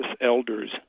elders